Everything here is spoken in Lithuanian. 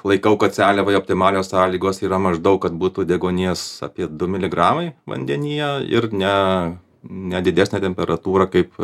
laikau kad seliavai optimalios sąlygos yra maždaug kad būtų deguonies apie du miligramai vandenyje ir ne ne didesnė temperatūra kaip